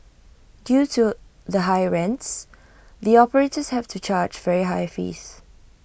due to the high rents the operators have to charge very high fees